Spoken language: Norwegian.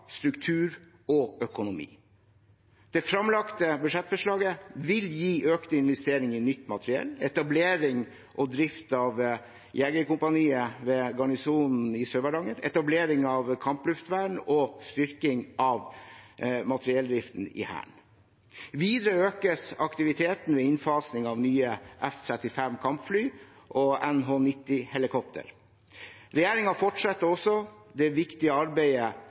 struktur og økonomi. Det framlagte budsjettforslaget vil gi økte investeringer i nytt materiell, etablering og drift av jegerkompaniet ved Garnisonen i Sør-Varanger, etablering av kampluftvern og styrking av materielldriften i Hæren. Videre økes aktiviteten ved innfasing av nye F-35 kampfly og NH90-helikoptre. Regjeringen fortsetter også det viktige arbeidet